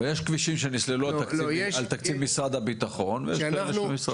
יש כבישים נסללו על תקציב משרד הביטחון ויש כאלה על תקציב משרד התחבורה.